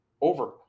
over